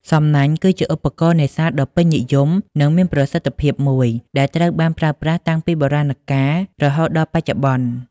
សំណាញ់ គឺជាឧបករណ៍នេសាទដ៏ពេញនិយម និងមានប្រសិទ្ធភាពមួយ ដែលត្រូវបានប្រើប្រាស់តាំងពីបុរាណកាលរហូតដល់បច្ចុប្បន្ន។